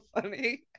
funny